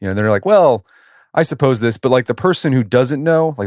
you know they're like, well i suppose this, but like the person who doesn't know, like